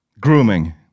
Grooming